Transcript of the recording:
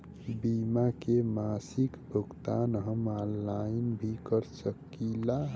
बीमा के मासिक भुगतान हम ऑनलाइन भी कर सकीला?